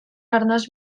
arnas